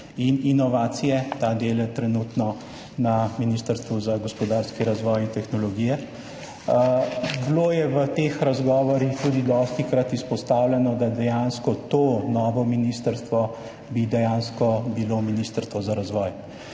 in inovacije, ta del je trenutno na Ministrstvu za gospodarski razvoj in tehnologijo. Bilo je v teh razgovorih tudi dostikrat izpostavljeno, da bi bilo dejansko to novo ministrstvo –Ministrstvo za razvoj.